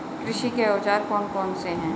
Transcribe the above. कृषि के औजार कौन कौन से हैं?